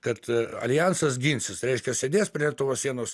kad aljansas ginsis reiškia sėdės prie lietuvos sienos